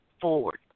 forward